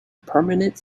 permanent